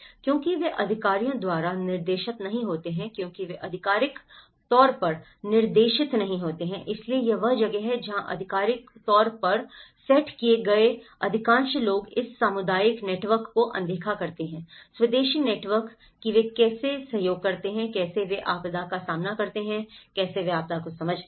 क्योंकि वे अधिकारियों द्वारा निर्देशित नहीं होते हैं क्योंकि वे आधिकारिक तौर पर निर्देशित नहीं होते हैं इसलिए यह वह जगह है जहां आधिकारिक तौर पर सेट किए गए अधिकांश लोग इस सामुदायिक नेटवर्क को अनदेखा करते हैं स्वदेशी नेटवर्क वे कैसे सहयोग करते हैं कैसे वे आपदा का सामना करते हैं कैसे वे आपदा को समझते हैं